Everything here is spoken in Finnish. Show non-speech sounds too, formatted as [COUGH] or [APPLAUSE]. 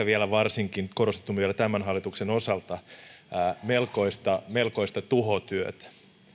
[UNINTELLIGIBLE] vielä varsinkin tämän hallituksen osalta melkoista melkoista tuhotyötä